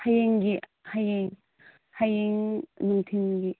ꯍꯌꯦꯡꯒꯤ ꯍꯌꯦꯡ ꯍꯌꯦꯡ ꯅꯨꯡꯊꯤꯜꯒꯤ